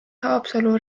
haapsalu